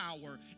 power